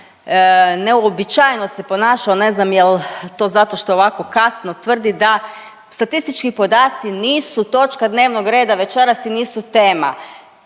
neuobičajeno se ponašao. Ne znam jel' to zato što je ovako kasno. Tvrdi da statistički podaci nisu točka dnevnog reda večeras i nisu tema,